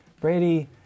Brady